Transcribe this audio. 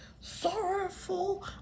sorrowful